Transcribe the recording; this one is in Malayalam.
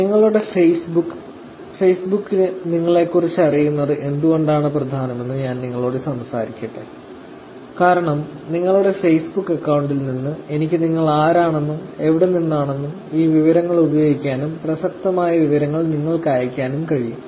നിങ്ങളുടെ ഫേസ്ബുക്കിലൂടെ ഫേസ്ബുക്ക് നിങ്ങളെക്കുറിച്ച് അറിയുന്നത് എന്തുകൊണ്ടാണ് പ്രധാനമെന്ന് ഞാൻ നിങ്ങളോട് സംസാരിക്കട്ടെ കാരണം നിങ്ങളുടെ ഫേസ്ബുക്ക് അക്കൌണ്ടിൽ നിന്ന് എനിക്ക് നിങ്ങൾ ആരാണെന്നും എവിടെനിന്നാണെന്നും ഈ വിവരങ്ങൾ ഉപയോഗിക്കാനും പ്രസക്തമായ വിവരങ്ങൾ നിങ്ങൾക്ക് അയയ്ക്കാനും കഴിയും